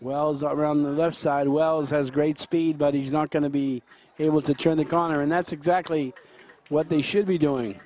wells are on the left side wells has great speed but he's not going to be able to turn the corner and that's exactly what they should be doing